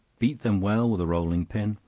beat them well with a rolling pin,